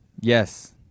Yes